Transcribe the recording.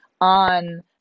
on